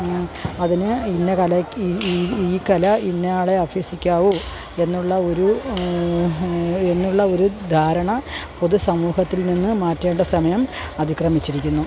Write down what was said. അതിന് ഇന്ന കലയ്ക്ക് ഈ ഈ ഈ കല ഇന്ന ആളെ അഭ്യസിക്കാവു എന്നുള്ള ഒരു എന്നുള്ള ഒരു ധാരണ പൊതു സമൂഹത്തിൽ നിന്ന് മാറ്റേണ്ട സമയം അതിക്രമിച്ചിരിക്കുന്നു